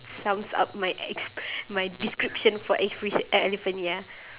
sums up my ex~ my description for ex~ e~ elephant ya